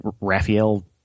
Raphael